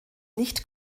nicht